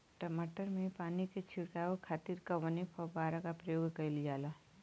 टमाटर में पानी के छिड़काव खातिर कवने फव्वारा का प्रयोग कईल जाला?